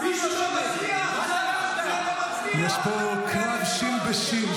מישהו לא מצליח --- יש פה קרב שי"ן בשי"ן,